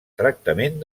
tractament